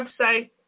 website